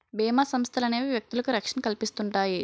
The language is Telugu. బీమా సంస్థలనేవి వ్యక్తులకు రక్షణ కల్పిస్తుంటాయి